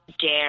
dare